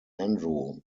andrew